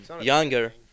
younger